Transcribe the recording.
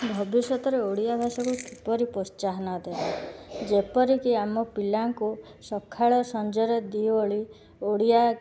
ଭବିଷ୍ୟତରେ ଓଡ଼ିଆଭାଷାକୁ କିପରି ପ୍ରୋତ୍ସାହନ ଦେବା ଯେପରିକି ଆମ ପିଲାଙ୍କୁ ସଖାଳ ସଂଞ୍ଜରେ ଦୁଇ ଓଳି ଓଡ଼ିଆ